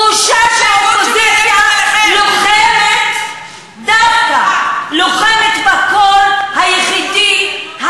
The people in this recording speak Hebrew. בושה שהאופוזיציה לוחמת דווקא בקול היחידי,